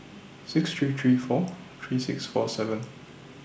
six three three four three six four seven